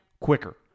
quicker